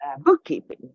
bookkeeping